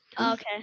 Okay